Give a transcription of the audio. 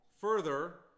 Further